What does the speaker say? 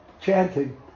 chanting